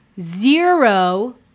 zero